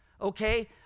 Okay